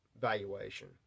valuation